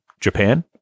japan